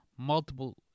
Multiple